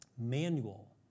manual